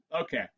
okay